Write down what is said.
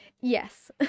Yes